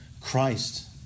Christ